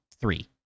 three